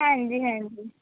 ਹਾਂਜੀ ਹਾਂਜੀ